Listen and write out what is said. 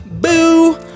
Boo